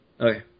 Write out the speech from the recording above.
Okay